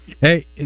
Hey